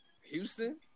Houston